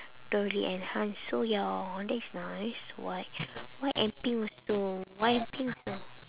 don't really enhance so ya that's nice white white and pink also white and pink also